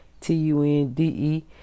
T-U-N-D-E